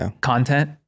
content